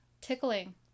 Tickling